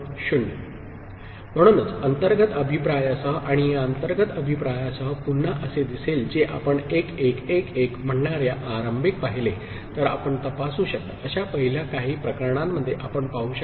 f x4 x3 1 म्हणूनच अंतर्गत अभिप्रायासह आणि या अंतर्गत अभिप्रायासह पुन्हा असे दिसेल जे आपण 1 1 1 1 म्हणणार्या आरंभिक पाहिले तर आपण तपासू शकता अशा पहिल्या काही प्रकरणांमध्ये आपण पाहू शकता